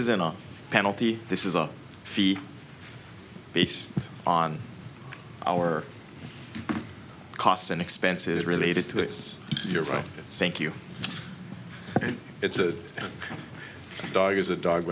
isn't a penalty this is a fee based on our costs and expenses related to it's your right thank you it's a dog is a dog